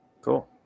cool